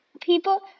people